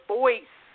voice